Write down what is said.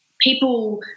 people